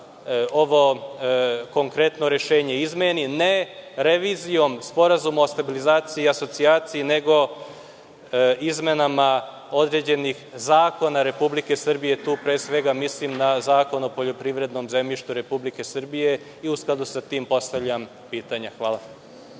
ovo konkretno rešenje izmeni, ne revizijom Sporazuma o stabilizaciji i asocijaciji, nego izmenama određenih zakona Republike Srbije, pre svega tu mislim na Zakon o poljoprivrednom zemljištu Republike Srbije i u skladu sa tim postavljam pitanje. Hvala.